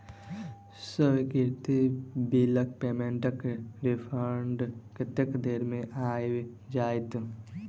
अस्वीकृत बिलक पेमेन्टक रिफन्ड कतेक देर मे आबि जाइत?